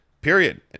Period